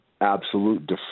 absolute